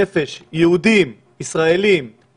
מצבם יהיה יותר טוב והדו-קיום יהיה זה יביא שלום